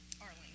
Arlene